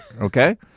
okay